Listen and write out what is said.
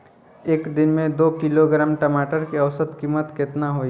एक दिन में दो किलोग्राम टमाटर के औसत कीमत केतना होइ?